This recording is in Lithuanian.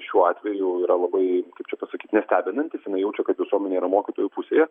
šiuo atveju yra labai kaip čia pasakyt nestebinantis jinai jaučia kad visuomenė yra mokytojų pusėje